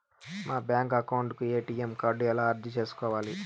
మా bank account కు ATM card ఎలా అర్జీ సేసుకోవాలి?